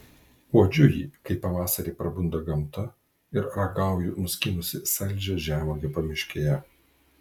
uodžiu jį kai pavasarį prabunda gamta ir ragauju nuskynusi saldžią žemuogę pamiškėje